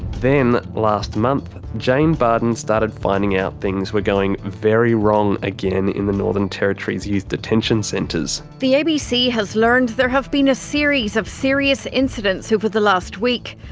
then, last month, jane bardon but and started finding out things were going very wrong again in the northern territory's youth detention centres. the abc has learned there have been a series of serious incidents over the last week.